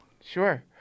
Sure